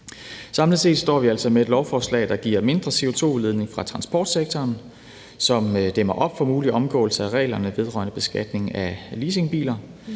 Samlet set står vi altså med et lovforslag, der giver mindre CO2-udledning fra transportsektoren, som dæmmer op for mulig omgåelse af reglerne vedrørende beskatning af leasingbiler,